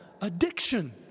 addiction